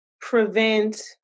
prevent